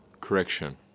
Correction